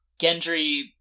Gendry